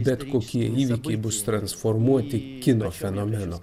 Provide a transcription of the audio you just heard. bet kokie įvykiai kaip bus transformuoti kino fenomeno